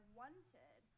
wanted